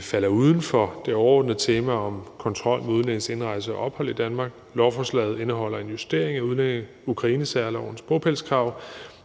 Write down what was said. falder uden for det overordnede tema om kontrol med udlændinges indrejse og ophold i Danmark. Lovforslaget indeholder en justering af Ukrainesærlovens bopælskrav,